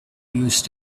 used